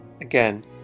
Again